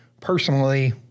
personally